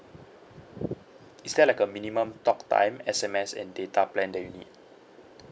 is there like a minimum talk time S_M_S and data plan that you need